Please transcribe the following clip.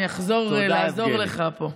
אני מקווה שאני אחזור לעזור לך פה.